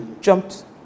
jumped